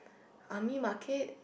army market